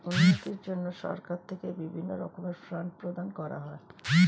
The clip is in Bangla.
উন্নতির জন্য সরকার থেকে বিভিন্ন রকমের ফান্ড প্রদান করা হয়